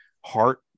heart